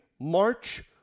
March